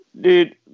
Dude